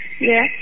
Yes